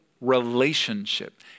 relationship